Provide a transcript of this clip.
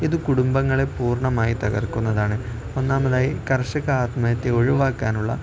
ഇത് കുടുംബങ്ങളെ പൂർണ്ണമായി തകർക്കുന്നതാണ് ഒന്നാമതായി കർഷക ആത്മഹത്യ ഒഴിവാക്കാനുള്ള